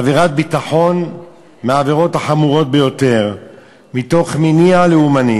עבירת ביטחון מהעבירות החמורות ביותר מתוך מניע לאומני,